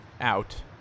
out